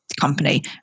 company